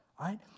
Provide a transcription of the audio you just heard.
right